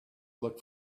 look